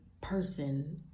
person